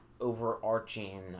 overarching